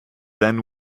then